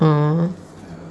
err